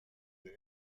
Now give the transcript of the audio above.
the